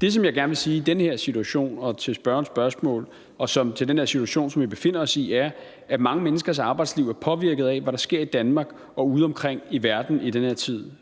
Det, som jeg gerne vil sige i den her situation, som vi befinder os i, og til spørgerens spørgsmål, er, at mange menneskers arbejdsliv er påvirket af, hvad der sker i Danmark og udeomkring i verden i den her tid.